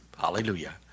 Hallelujah